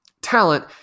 talent